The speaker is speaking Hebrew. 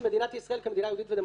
מדינת ישראל כמדינה יהודית ודמוקרטית,